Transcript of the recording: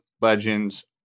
legends